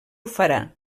farà